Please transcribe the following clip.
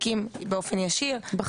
גם באמצעות המעסיקים.